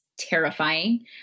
terrifying